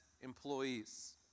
employees